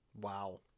Wow